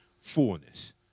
fullness